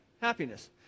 Happiness